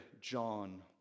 John